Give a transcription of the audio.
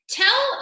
tell